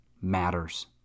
matters